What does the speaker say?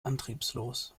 antriebslos